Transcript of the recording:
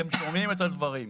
אתם שומעים את הדברים.